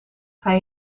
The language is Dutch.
hij